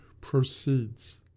proceeds